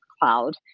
cloud